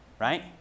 right